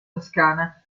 toscana